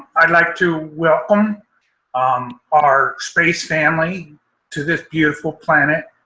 i'd like to welcome um our space family to this beautiful planet.